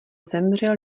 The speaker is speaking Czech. zemřel